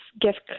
gift